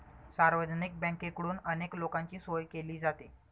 सार्वजनिक बँकेकडून अनेक लोकांची सोय केली जाते